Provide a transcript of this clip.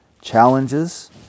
challenges